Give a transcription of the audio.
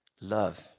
love